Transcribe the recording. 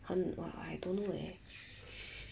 很 !wah! I don't know eh